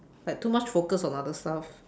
like too much focus on other stuff